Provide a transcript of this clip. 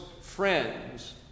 friends